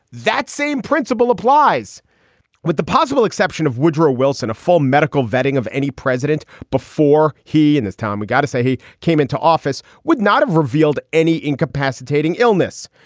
that same principle applies with the possible exception of woodrow wilson, a full medical vetting of any president before he in this time, we gotta say he came into office, would not have revealed any incapacitating illness.